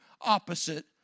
opposite